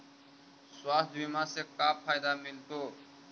स्वास्थ्य बीमा से का फायदा मिलतै?